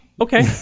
Okay